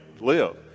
live